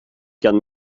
gern